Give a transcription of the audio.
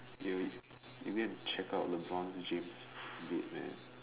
you you go and check out LeBron James bed man